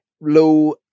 Low